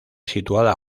situada